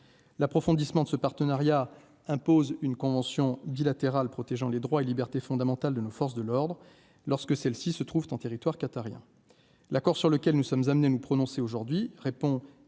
l'approfondissement de ce partenariat, impose une convention bilatérale protégeant les droits et libertés fondamentales de nos forces de l'ordre lorsque celles-ci se trouvent en territoire qatarien la sur lequel nous sommes amenés à nous prononcer aujourd'hui répond